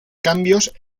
cambios